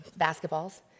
basketballs